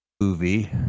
movie